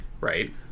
Right